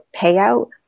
payout